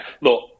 look